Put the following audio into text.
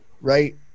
right